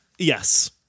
Yes